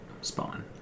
Spawn